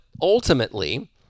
ultimately